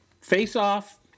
Face-off